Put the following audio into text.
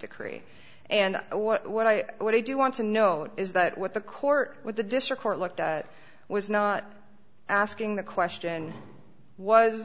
decree and what i what i do want to know is that what the court what the district court looked at was not asking the question was